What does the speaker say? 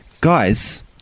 guys